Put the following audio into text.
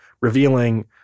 revealing